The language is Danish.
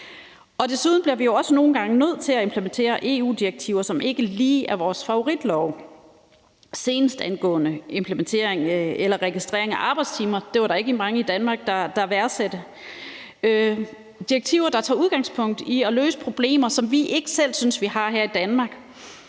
Desuden bliver vi jo også nogle gange nødt til at implementere EU-direktiver, som ikke lige er vores favoritlove, senest i forhold til registrering af arbejdstimer; det var der ikke mange i Danmark der værdsatte. Det er direktiver, der tager udgangspunkt i at løse problemer, som vi ikke selv synes vi har her i Danmark,